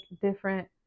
different